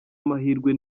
amahirwe